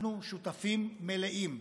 אנחנו שותפים מלאים.